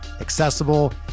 accessible